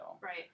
Right